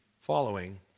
following